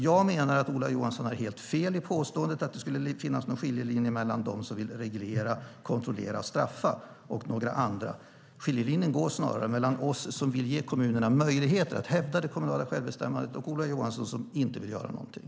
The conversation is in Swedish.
Jag menar att Ola Johansson har helt fel i påståendet att det skulle finnas någon skiljelinje mellan dem som vill reglera, kontrollera och straffa och några andra. Skiljelinjen går snarare mellan oss som vill ge kommunerna möjligheter att hävda det kommunala självbestämmandet och Ola Johansson som inte vill göra någonting.